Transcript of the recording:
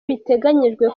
biteganyijwe